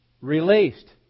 released